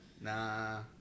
nah